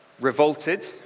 revolted